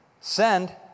send